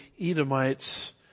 Edomites